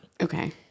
Okay